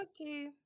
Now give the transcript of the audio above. Okay